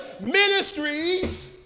ministries